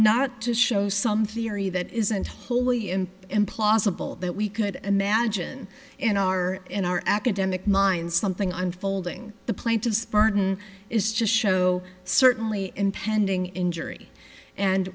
not to show some theory that isn't wholly in implausible that we could and magine in our in our academic minds something unfolding the plaintiff's burden is just to show certainly impending injury and